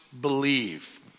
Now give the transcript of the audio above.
believe